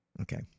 Okay